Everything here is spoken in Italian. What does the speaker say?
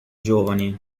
giovani